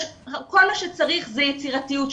כל מה שצריך זה יצירתיות.